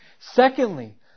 Secondly